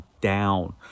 down